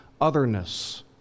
otherness